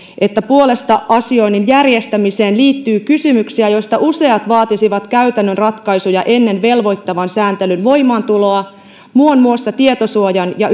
että puolesta asioinnin järjestämiseen liittyy kysymyksiä joista useat vaatisivat käytännön ratkaisuja ennen velvoittavan sääntelyn voimaantuloa muun muassa tietosuojan ja